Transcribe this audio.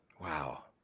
Wow